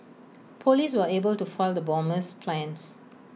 Police were able to foil the bomber's plans